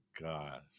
God